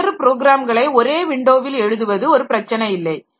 வெவ்வேறு ப்ரோக்ராம்களை ஒரே விண்டோவில் எழுதுவது ஒரு பிரச்சனை இல்லை